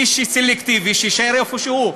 מי שסלקטיבי, שיישאר איפה שהוא.